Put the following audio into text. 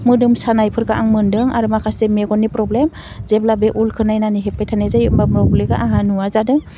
मोदोम सानायफोरखो आं मोनदों आरो माखासे मेगननि प्रब्लेम जेब्ला बे उलखौ नायनानै हेब्बाय थानाय जायो होम्ब्ला आंहा नुवा जादों